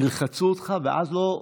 ילחצו אותך, ואז לא,